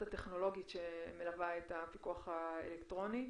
הטכנולוגית שמלווה את הפיקוח האלקטרוני,